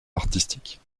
artistiques